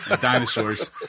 Dinosaurs